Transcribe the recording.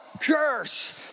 curse